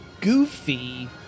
goofy